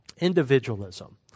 Individualism